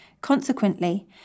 Consequently